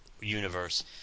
universe